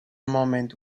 moment